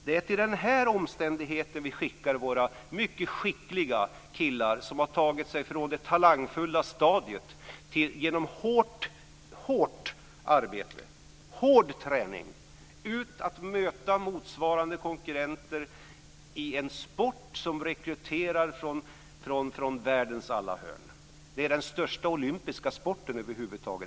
Det är ut i sådana omständigheter som vi skickar våra mycket skickliga killar som genom hårt arbete, hård träning, har tagit sig från det talangfulla stadiet till att möta motsvarande konkurrenter i en sport som rekryterar från världens alla hörn. Boxningen är den största olympiska sporten över huvud taget.